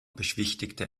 beschwichtigte